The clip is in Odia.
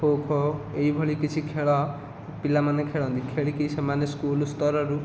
ଖୋ ଖୋ ଏହିଭଳି କିଛି ଖେଳ ପିଲାମାନେ ଖେଳନ୍ତି ଖେଳିକି ସେମାନେ ସ୍କୁଲ ସ୍ତରରୁ